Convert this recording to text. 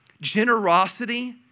generosity